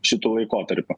šitu laikotarpiu